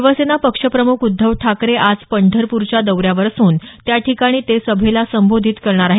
शिवसेना पक्षप्रम्ख उद्धव ठाकरे आज पंढरपूरच्या दौऱ्यावर असून त्याठिकाणी ते सभेला संबोधित करणार आहेत